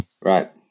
Right